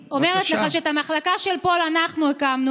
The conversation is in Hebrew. אני אומרת לך שאת המחלקה של פול אנחנו הקמנו.